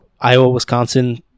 Iowa-Wisconsin